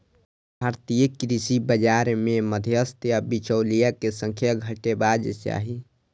भारतीय कृषि बाजार मे मध्यस्थ या बिचौलिया के संख्या घटेबाक चाही